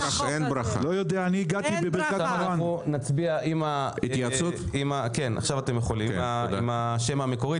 אנחנו נצביע עם השם המקורי.